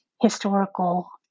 historical